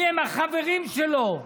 מי הם החברים שלו.